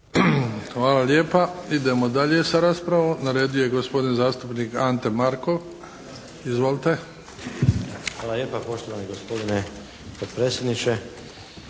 Hvala lijepa. Idemo dalje sa raspravom. Na redu je gospodin zastupnik Ante Markov. Izvolite. **Markov, Ante (HSS)** Hvala lijepa poštovani gospodine potpredsjedniče.